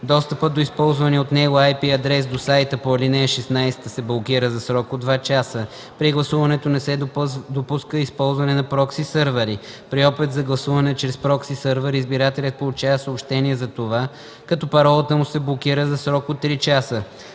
достъпът на използвания от него IP адрес до сайта по ал. 16 се блокира за срок от два часа. При гласуването не се допуска използване на прокси-сървъри. При опит за гласуване чрез прокси-сървър, избирателят получава съобщение за това, като паролата му се блокира за срок от три часа.